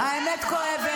מה קרה לכם?